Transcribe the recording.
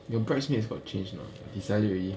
your bridesmaids got change not decided already